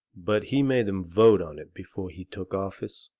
but he made em vote on it before he took office.